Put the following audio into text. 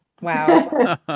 Wow